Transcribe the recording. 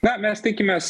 na mes tikimės